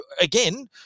again